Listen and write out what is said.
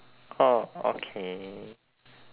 okay